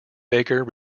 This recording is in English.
baker